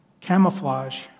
camouflage